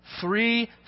Three